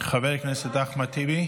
חבר הכנסת אחמד טיבי,